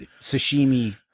sashimi